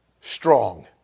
strong